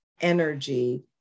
energy